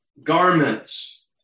Garments